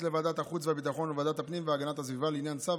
לוועדת החוץ והביטחון ולוועדת הפנים והגנת הסביבה לעניין צו